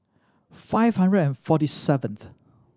five hundred and forty seventh